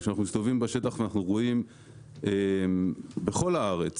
וכשאנחנו מסתובבים בשטח ואנחנו רואים בכל הארץ